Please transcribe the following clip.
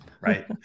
right